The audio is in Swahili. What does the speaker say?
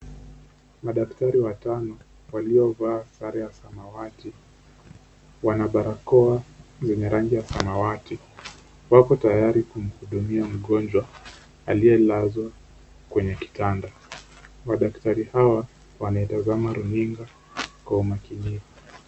Madaktari watano waliovaa sare ya samawati wana barakoa zenye rangi ya samawati. Wako tayari kumhudumia mgonjwa aliyelazwa kwenye kitanda. Madaktari hawa wanatazama runinga kwa umakinifu.